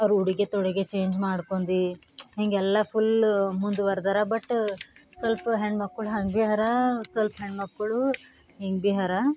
ಅವರ ಉಡುಗೆ ತೊಡುಗೆ ಚೇಂಜ್ ಮಾಡ್ಕೊಂಡಿ ಹೀಗೆಲ್ಲ ಫುಲ್ಲ ಮುಂದುವರ್ದಾರ ಬಟ್ ಸ್ವಲ್ಪ ಹೆಣ್ಮಕ್ಕಳು ಹಂಗೆ ಭೀ ಹರ ಸ್ವಲ್ಪ ಹೆಣ್ಮಕ್ಕಳು ಹಿಂಗೆ ಭೀ ಹರ